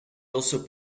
also